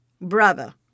Brother